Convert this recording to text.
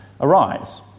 arise